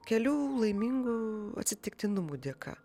kelių laimingų atsitiktinumų dėka